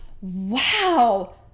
wow